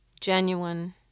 genuine